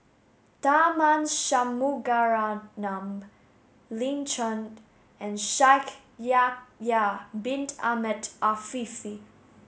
Tharman Shanmugaratnam Lin Chen and Shaikh Yahya bin Ahmed Afifi